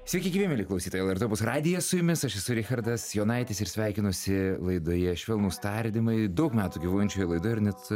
sveiki gyvi mieli klausytojai lrt bus radijas su jumis aš esu richardas jonaitis ir sveikinuosi laidoje švelnūs tardymai daug metų gyvuojančioj laidoj ir net